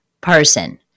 person